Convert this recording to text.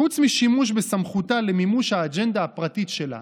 חוץ משימוש בסמכותה למימוש האג'נדה הפרטית שלה,